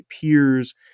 peers